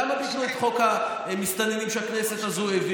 למה ביטלו את חוק המסתננים שהכנסת העבירה?